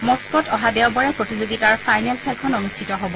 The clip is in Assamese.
মস্থোত অহা দেওবাৰে প্ৰতিযোগিতাৰ ফাইনেল খেলখন অনুষ্ঠিত হব